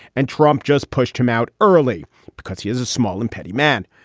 and trump just pushed him out early because he has a small and petty man.